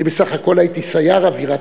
אני בסך הכול הייתי סייר אוויר,